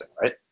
right